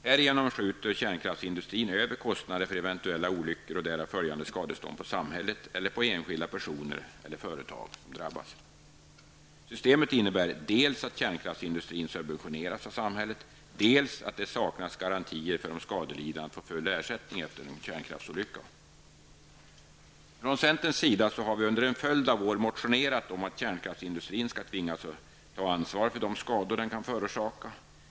Härigenom skjuter kärnkraftsindustrin över kostnader för eventuella olyckor och därav följande skadestånd på samhället eller på de enskilda personer och företag som drabbas. Systemet innebär dels att kärnkraftsindustrin subventioneras av samhället, dels att det saknas garantier för att skadelidande skall få full ersättning efter en kärnkraftsolycka. Från centerns sida har vi under en följd av år motionerat om att kärnkraftsindustrin skall tvingas ta ansvar för de skador den kan förorsaka.